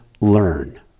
learn